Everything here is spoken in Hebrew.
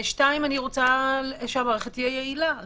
שתיים, אני רוצה שהמערכת תהיה יעילה.